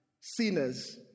sinners